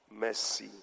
Mercy